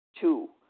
Two